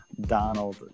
Donald